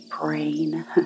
brain